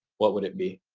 what would it be?